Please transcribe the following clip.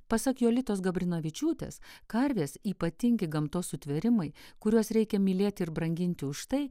pasak jolitos gabrinavičiūtės karvės ypatingi gamtos sutvėrimai kuriuos reikia mylėti ir branginti už tai